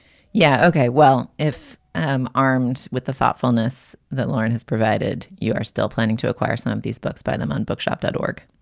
yeah. ok, well if i'm armed with the thoughtfulness that lauren has provided, you are still planning to acquire some of these books by them on bookshop dot org